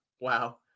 wow